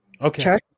okay